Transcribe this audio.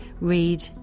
read